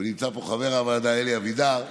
ונמצא פה חבר הוועדה אלי אבידר,